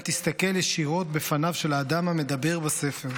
תסתכל ישירות בפניו של האדם המדבר בספר.